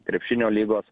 krepšinio lygos